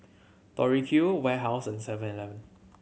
Tori Q Warehouse and Seven Eleven